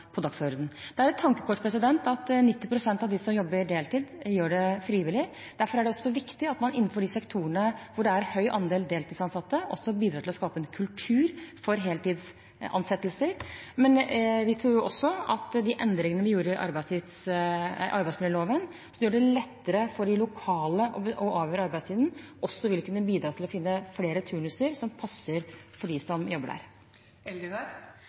dagsordenen. Det er et tankekors at 90 pst. av dem som jobber deltid, gjør det frivillig. Derfor er det viktig at man innenfor de sektorene hvor det er en høy andel deltidsansatte, bidrar til å skape en kultur for heltidsansettelser. Vi tror også at de endringene vi gjorde i arbeidsmiljøloven, som gjorde det lettere for de lokale å avgjøre arbeidstiden, også vil kunne bidra til å finne flere turnuser som passer for dem som jobber